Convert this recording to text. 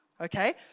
okay